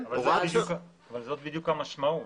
אבל זו בדיוק המשמעות.